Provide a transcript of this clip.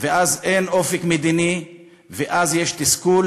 ואז אין אופק מדיני ואז יש תסכול,